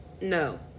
no